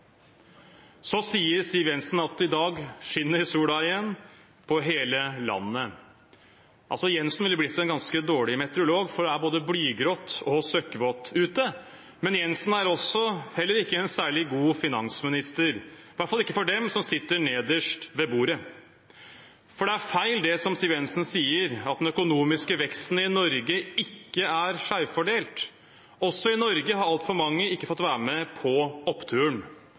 Siv Jensen sier at i dag skinner solen igjen på hele landet. Siv Jensen ville blitt en ganske dårlig meteorolog, for det er både blygrått og søkkvått ute, men Siv Jensen er heller ikke en særlig god finansminister, i hvert fall ikke for dem som sitter nederst ved bordet. Det er feil det Siv Jensen sier om at den økonomiske veksten i Norge ikke er skjevfordelt. Også i Norge er det altfor mange som ikke har fått være med på oppturen.